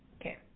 Okay